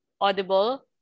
audible